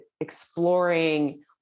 exploring